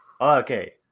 Okay